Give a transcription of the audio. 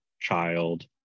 child